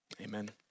Amen